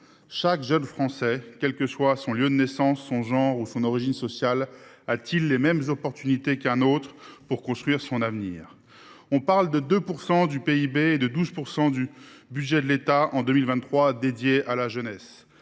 chaque jeune Français, quels que soient son lieu de naissance, son genre ou son origine sociale, a t il les mêmes opportunités qu’un autre pour construire son avenir ? On parle de 2 % du PIB et de 12 % du budget de l’État dédiés à la jeunesse